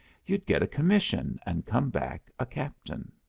you'd get a commission, and come back a captain!